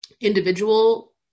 individual